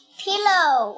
pillow